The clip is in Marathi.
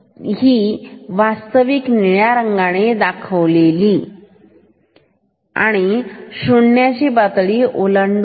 तर ही आहे वास्तविक निळ्या रंगाने दाखवली आणि ही शून्याची पातळी ओलांडते